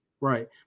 Right